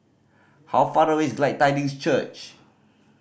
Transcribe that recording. how far away is Tidings Church